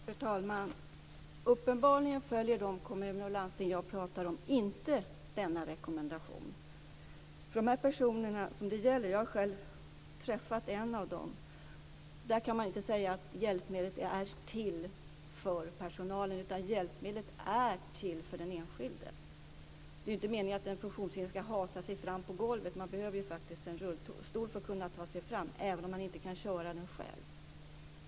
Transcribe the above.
Fru talman! Uppenbarligen följer de kommuner och landsting jag pratar om inte denna rekommendation. För de personer som detta gäller - jag har själv träffat en av dem - har man inte kunnat säga att hjälpmedlet är till för personalen utan för den enskilde. Det är inte meningen att den funktionshindrade ska hasa sig fram på golvet. Man behöver faktiskt en rullstol för att ta sig fram, även om man inte kan köra den själv.